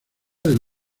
del